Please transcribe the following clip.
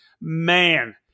Man